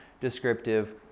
descriptive